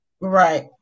Right